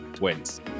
wins